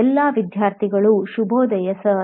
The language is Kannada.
ಎಲ್ಲಾ ವಿದ್ಯಾರ್ಥಿಗಳು ಶುಭೋದಯ ಸರ್